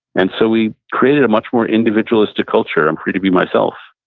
and so we created a much more individualistic culture, i'm free to be myself.